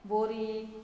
बोरी